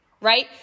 right